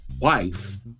wife